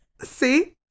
see